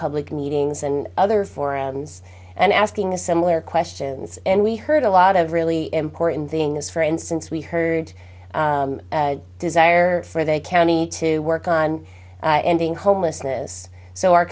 public meetings and other forums and asking a similar questions and we heard a lot of really important things for instance we heard desire for they county to work on ending homelessness so our